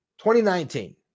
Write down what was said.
2019